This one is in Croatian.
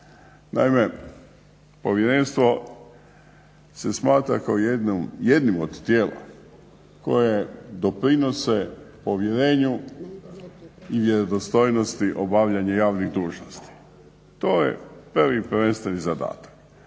Naime, Povjerenstvo se smatra kao jednim od tijela koje doprinose povjerenju i vjerodostojnosti obavljanja javnih dužnosti. To je prvi prvenstveni zadatak.